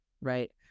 right